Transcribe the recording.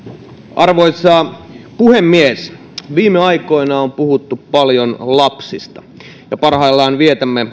arvoisa puhemies viime aikoina on puhuttu paljon lapsista ja parhaillaan vietämme